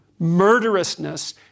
murderousness